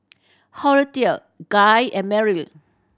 Horatio Guy and Meryl